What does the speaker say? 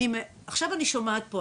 עכשיו אני שומעת פה,